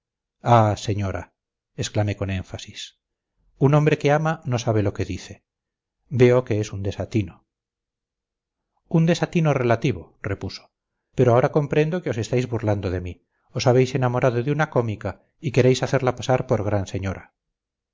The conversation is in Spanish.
ah señora exclamé con énfasis un hombre que ama no sabe lo que dice veo que es un desatino un desatino relativo repuso pero ahora comprendo que os estáis burlando de mí os habéis enamorado de una cómica y queréis hacerla pasar por gran señora